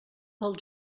pel